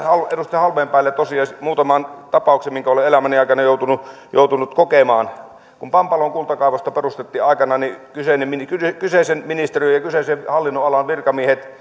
edustaja halmeenpäälle tosiaan muutaman tapauksen minkä olen elämäni aikana joutunut joutunut kokemaan kun pampalon kultakaivosta perustettiin aikanaan niin kyseisen ministeriön ja kyseisen hallinnonalan virkamiehet